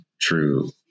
true